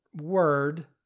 word